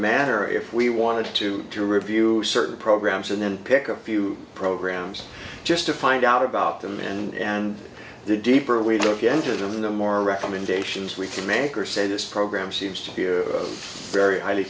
matter if we wanted to to review certain programs and then pick a few programs just to find out about them and the deeper we look into them the more recommendations we can make or say this program seems to be a very highly